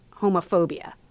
homophobia